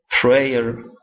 prayer